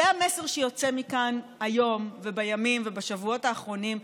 זה המסר שיוצא מכאן היום ובימים ובשבועות האחרונים,